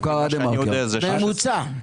בממוצע.